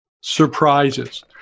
surprises